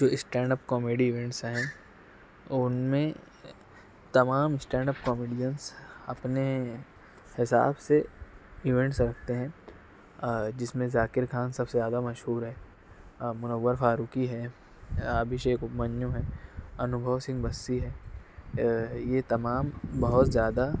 جو standup comedy events ہیں ان میں تمام اسٹینڈاپ کامیڈینس اپنے حساب سے ایونٹس رکھتے ہیں جس میں ذاکر خان سب سے زیادہ مشہور ہے منور فاروقی ہے ابھیشیک ابھیمنیو ہے انوبھو سنگھ بسی ہے یہ تمام بہت زیادہ